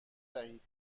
دهید